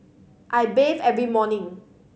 I bathe every morning